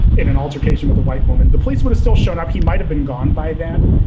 in an altercation with a white woman. the police would've still shown up. he might have been gone by then.